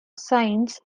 science